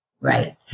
Right